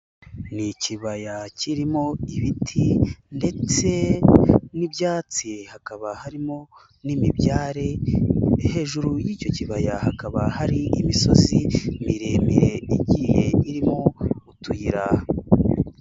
Ni ikibaya kirimo ibiti ndetse n'ibyatsi, hakaba harimo n'imibyare, hejuru y'icyo kibaya hakaba hari imisozi miremire igiye irimo utuyira.